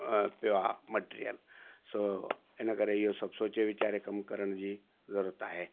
पियो आहे मटरियल सो इनकरे इहो सभु सोचे वीचारे कमु करण जी ज़रूरत आहे